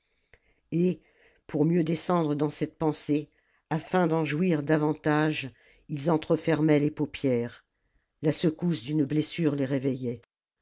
et pour mieux descendre dans cette pensée afin d'en jouir davantage ils entre fermaient les paupières la secousse d'une blessure les réveillait